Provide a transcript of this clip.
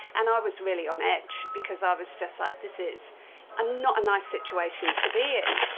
and i was really on edge, because i was just like, this is ah not a nice situation to be in.